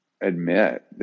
admit